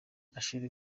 ashley